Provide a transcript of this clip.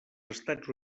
estats